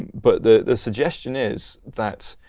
but the suggestion is that,